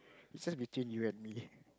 it just between you and me